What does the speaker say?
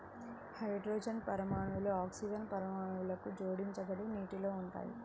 hydrogen పరమాణువులు oxygen అణువుకు జోడించబడి నీటిలో ఉంటాయి